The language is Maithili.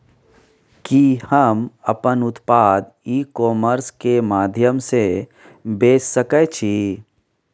कि हम अपन उत्पाद ई कॉमर्स के माध्यम से बेच सकै छी?